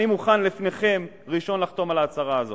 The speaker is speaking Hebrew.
אני מוכן לפניכם, ראשון, לחתום על ההצהרה.